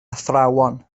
athrawon